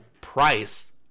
price